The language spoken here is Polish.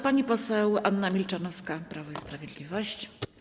Pani poseł Anna Milczanowska, Prawo i Sprawiedliwość.